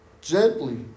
Gently